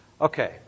Okay